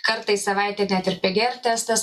kartą į savaitę net ir pgr testas